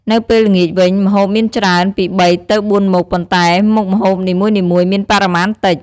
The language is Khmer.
នៅពេលល្ងាចវិញ ម្ហូបមានច្រើន ពី ៣ ទៅ ៤ មុខ ប៉ុន្តែមុខម្ហូបនីមួយៗមានបរិមាណតិច។